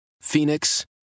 Phoenix